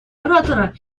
оратора